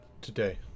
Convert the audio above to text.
today